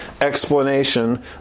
explanation